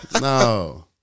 No